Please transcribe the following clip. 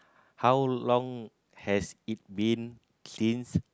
how long has it been since